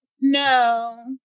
No